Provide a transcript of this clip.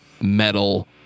metal